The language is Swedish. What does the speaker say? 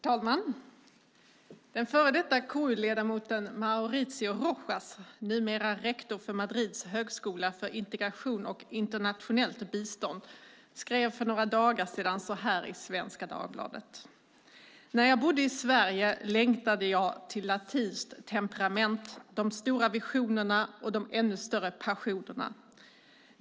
Herr talman! Före detta KU-ledamoten Mauricio Rojas, numera rektor för Madrids högskola för integration och internationellt bistånd, skrev för några dagar så här i Svenska Dagbladet: "När jag bodde i Sverige längtade jag till latinskt temperament, de stora visionerna och de ännu större passionerna.